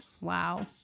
Wow